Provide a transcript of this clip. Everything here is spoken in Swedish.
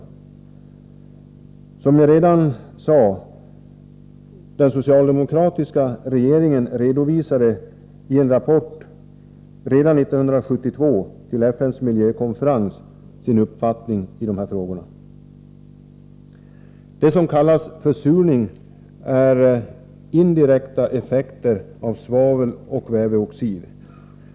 Den socialdemokratiska regeringen redovisade, som jag redan har sagt, sin uppfattning i dessa frågor i en rapport till FN:s miljökonferens år 1972. Som vi alla vet beslutades sedan 1976 om en långsiktig målsättning och ett program för att minska de svenska utsläppen av svaveldioxid. Det är det programmet som nu fullföljs. Det som kallas försurning är indirekta effekter av svaveldioxid och kväveoxid.